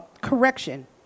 correction